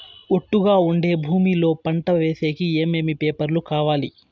ఒట్టుగా ఉండే భూమి లో పంట వేసేకి ఏమేమి పేపర్లు కావాలి?